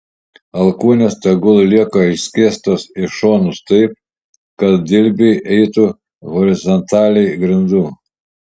alkūnės tegul lieka išskėstos į šonus taip kad dilbiai eitų horizontaliai grindų